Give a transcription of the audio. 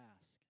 ask